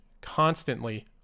constantly